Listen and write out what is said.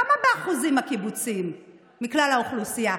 כמה אחוזים הם הקיבוצים מכלל האוכלוסייה?